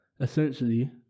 essentially